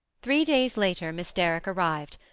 three days later miss derrick arrived,